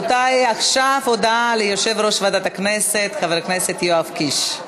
עכשיו הודעה ליושב-ראש ועדת הכנסת חבר הכנסת יואב קיש.